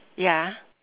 ya